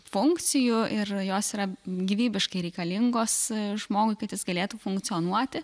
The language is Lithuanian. funkcijų ir jos yra gyvybiškai reikalingos žmogui kad jis galėtų funkcionuoti